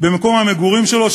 במקום המגורים שלו,